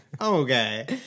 Okay